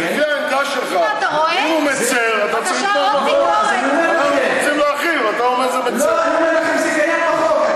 לא, אני אומר לכם, זה קיים בחוק.